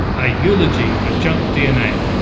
a eulogy for junk dna.